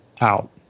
out